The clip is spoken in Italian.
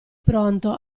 pronto